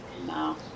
No